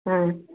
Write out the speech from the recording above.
हाँ